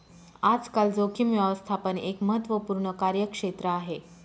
आजकाल जोखीम व्यवस्थापन एक महत्त्वपूर्ण कार्यक्षेत्र आहे